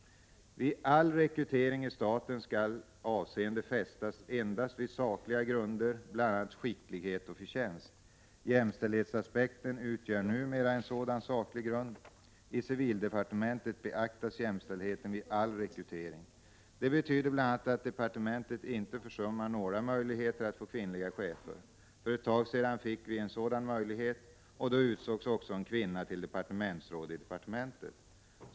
Vid all rekrytering i staten skall avseende fästas endast vid sakliga grunder, bl.a. skicklighet och förtjänst. Jämställdhetsaspekten utgör numera en sådan saklig grund. I civildepartementet beaktas jämställdheten vid all rekrytering. Det betyder bl.a. att departementet inte försummar några möjligheter att få kvinnliga chefer. För ett tag sedan fick vi en sådan möjlighet, och då utsågs också en kvinna till departementsråd i departementet.